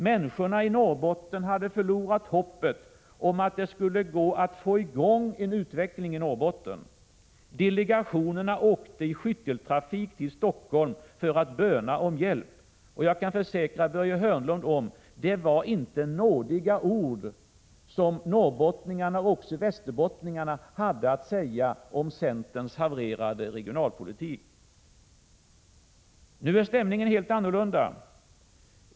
Människorna i Norrbotten hade förlorat hoppet om att det skulle gå att få i gång en utveckling i Norrbotten. Delegationerna åkte i skytteltrafik till Stockholm för att böna om hjälp. Jag kan försäkra Börje Hörnlund om att det inte var nådiga ord som norrbottningarna och även västerbottningarna hade att säga om centerns havererade regionalpolitik. Nu är stämningen helt annorlunda.